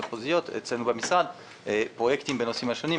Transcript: מחוזיות אצלנו במשרד פרויקטים בנושאים השונים,